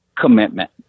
commitment